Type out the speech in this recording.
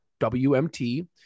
WMT